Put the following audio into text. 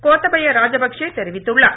கோத்தபய ராஜபக்சே தெரிவித்துள்ளார்